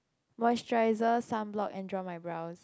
Moisturiser sunblock and draw my brows